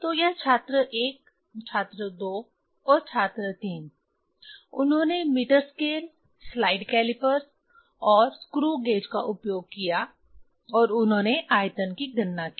तो यह छात्र 1 छात्र 2 और छात्र 3 उन्होंने मीटर स्केल स्लाइड कैलीपर्स और स्क्रू गेज का उपयोग किया और उन्होंने आयतन की गणना की